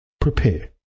prepare